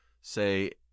say